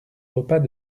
repas